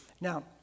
Now